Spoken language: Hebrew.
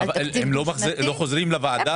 אבל הם לא חוזרים לוועדה?